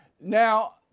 Now